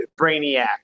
Brainiac